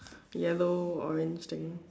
yellow orange thing